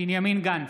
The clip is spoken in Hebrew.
בנימין גנץ,